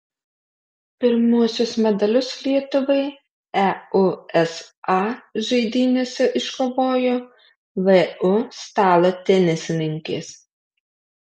pirmuosius medalius lietuvai eusa žaidynėse iškovojo vu stalo tenisininkės